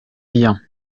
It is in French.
bien